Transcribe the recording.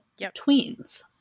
tweens